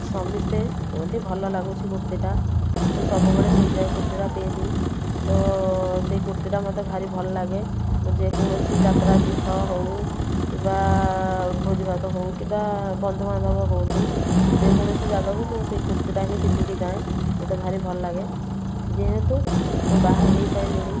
ସମସ୍ତେ କୁହନ୍ତି ଭଲ ଲାଗୁଛି କୁର୍ତ୍ତୀଟା ତୁ ସବୁବେଳେ ସେଇଯା କୁର୍ତ୍ତୀଟା ପିନ୍ଧି ତ ସେଇ କୁର୍ତ୍ତୀଟା ମୋତେ ଭାରି ଭଲ ଲାଗେ ମୁଁ ଯେକୌଣସି ଯାତ୍ରା ତୀର୍ଥ ହଉ କିବା ଭୋଜିଭାତ ହଉ କିବା ବନ୍ଧୁବାନ୍ଧବ ହୁଅନ୍ତୁ ଯେକୌଣସି ଜାଗାକୁ ମୁଁ ସେଇ କୁର୍ତ୍ତୀଟା ହିଁ ପିନ୍ଧିକି ଯାଏଁ ମୋତେ ଭାରି ଭଲ ଲାଗେ ଯେହେତୁ ମୁଁ ବାହା ହେଇସାଇଲିଣି